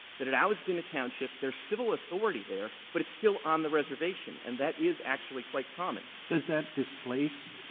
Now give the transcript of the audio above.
that had always been a township. there's civil authority there, but it's still on the reservation. and that is actually quite common. roberts does that displace